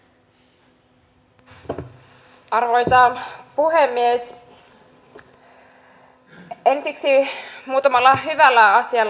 ensiksi muutamalla hyvällä asialla